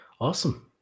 Awesome